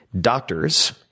doctors